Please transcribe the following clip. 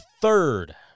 third